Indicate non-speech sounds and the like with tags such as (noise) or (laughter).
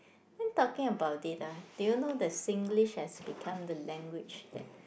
(noise) talking about it ah did you know that Singlish has become the language that